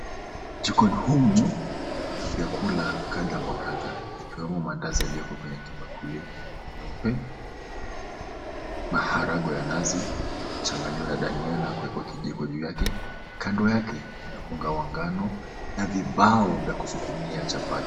Jikoni humu kuna vyakula kadha wa kadha ikiwemo mandazi yaliyoko kwenye kibakuli nyeupe, maharagwe ya nazi na kuchanganywa na dania na kuwekwa kijiko juu yake. Kando yake kuna unga wa ngano na vibao vya kusukumia chapati.